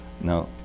Now